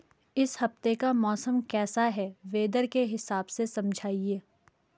इस हफ्ते का मौसम कैसा है वेदर के हिसाब से समझाइए?